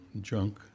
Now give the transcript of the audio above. junk